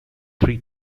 three